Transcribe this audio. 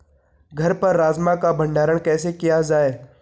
घर पर राजमा का भण्डारण कैसे किया जाय?